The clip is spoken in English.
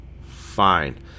fine